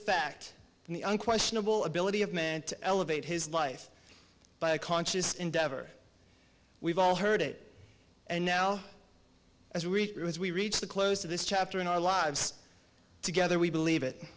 the unquestionable ability of man to elevate his life by a conscious endeavor we've all heard it and now as recruits we reach the close of this chapter in our lives together we believe it